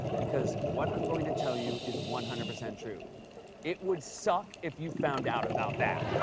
because what i'm going to tell you is one hundred percent true it would suck if you found out about that.